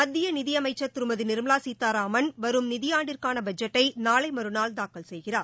மத்திய நிதியமைச்சர் திருமதி நிர்மவா சீதாராமன் வரும் நிதியாண்டிற்கான பட்ஜெட்டை நாளை மறுநாள் தாக்கல் செய்கிறார்